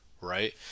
right